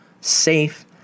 safe